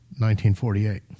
1948